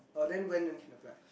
uh then when can apply